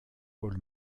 paul